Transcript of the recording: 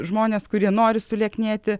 žmones kurie nori sulieknėti